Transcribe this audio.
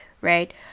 right